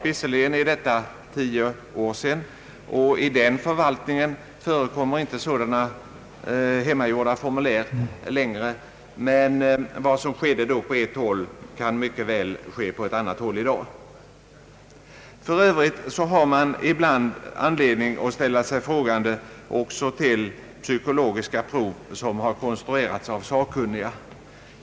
Visserligen är det tio år sedan, och i den förvaltningen förekommer inte sådana hemmagjorda formulär längre, men vad som skedde på ett håll då kan mycket väl ske på annat håll i dag. För övrigt har man ibland anledning ställa sig frågande också till psykologiska prov som konstruerats av sakkunniga.